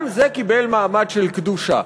גם זה קיבל מעמד של קדושה.